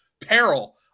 peril